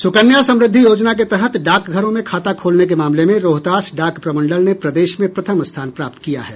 सुकन्या समृद्धि योजना के तहत डाकघरों में खाता खोलने के मामले में रोहतास डाक प्रमंडल ने प्रदेश में प्रथम स्थान प्राप्त किया है